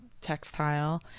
textile